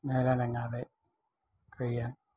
മേലനങ്ങാതെ കഴിയാൻ